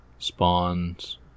Spawns